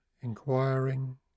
inquiring